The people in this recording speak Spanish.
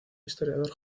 historiador